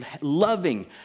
loving